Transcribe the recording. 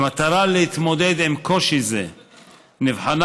במטרה להתמודד עם קושי זה נבחנה,